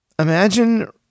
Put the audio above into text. Imagine